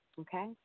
Okay